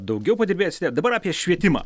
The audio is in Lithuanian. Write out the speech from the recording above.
daugiau padirbėsite dabar apie švietimą